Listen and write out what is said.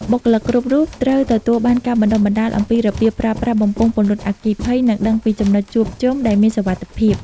បុគ្គលិកគ្រប់រូបត្រូវទទួលបានការបណ្ដុះបណ្ដាលអំពី របៀបប្រើប្រាស់បំពង់ពន្លត់អគ្គិភ័យ និងដឹងពីចំណុចជួបជុំដែលមានសុវត្ថិភាព។